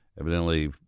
evidently